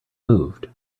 moved